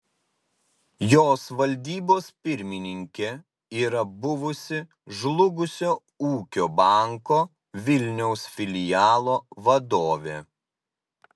jos valdybos pirmininkė yra buvusi žlugusio ūkio banko vilniaus filialo vadovė